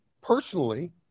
personally